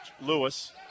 Lewis